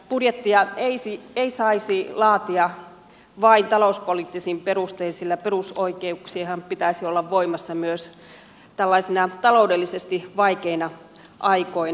budjettia ei saisi laatia vain talouspoliittisin perustein sillä perusoikeuksienhan pitäisi olla voimassa myös tällaisina taloudellisesti vaikeina aikoina